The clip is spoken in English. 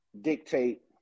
dictate